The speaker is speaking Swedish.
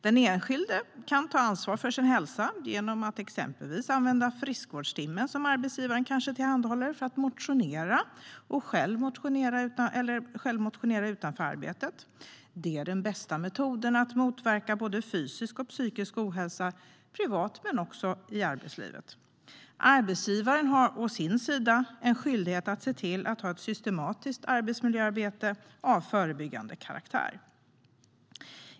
Den enskilde kan ta ansvar för sin hälsa genom att exempelvis använda friskvårdstimmen som arbetsgivaren kanske tillhandahåller för att motionera eller själv motionera utanför arbetet. Det är den bästa metoden för att motverka både fysisk och psykisk ohälsa privat men också i arbetslivet. Arbetsgivaren har å sin sida en skyldighet att se till att ha ett systematiskt arbetsmiljöarbete av förebyggande karaktär.